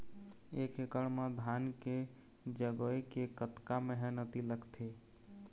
एक एकड़ म धान के जगोए के कतका मेहनती लगथे?